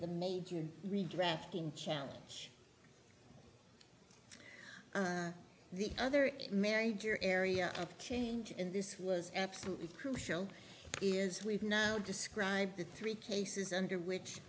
the major redrafting challenge the other married your area of change in this was absolutely crucial is we've now described the three cases under which